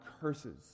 curses